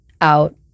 out